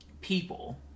people